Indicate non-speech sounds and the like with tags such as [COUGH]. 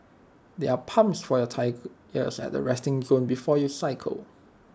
there are pumps for your [UNINTELLIGIBLE] at the resting zone before you cycle